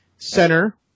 Center